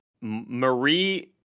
marie